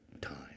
time